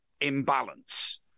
imbalance